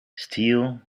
steel